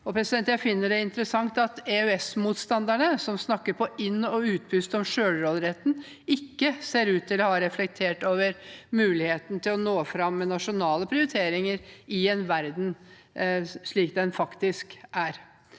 Jeg finner det interessant at EØS-motstanderne, som snakker på inn- og utpust om selvråderetten, ikke ser ut til å ha reflektert over muligheten til å nå fram med nasjonale prioriteringer i en verden slik den faktisk er.